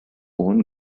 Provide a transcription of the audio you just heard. own